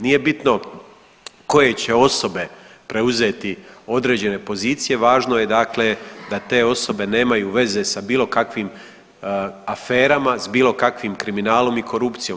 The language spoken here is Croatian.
Nije bitno koje će osobe preuzeti određene pozicije, važno je dakle da te osobe nemaju veze sa bilo kakvim aferama, sa bilo kakvim kriminalom i korupcijom.